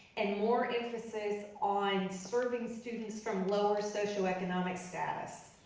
and more emphasis on serving students from lower socio-economic status.